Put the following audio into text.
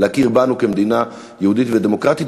להכיר בנו כמדינה יהודית ודמוקרטית,